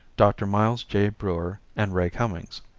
dr. miles j. breuer and ray cummings.